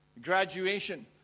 graduation